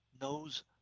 knows